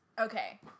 Okay